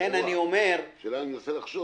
אני מנסה לחשוב.